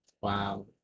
wow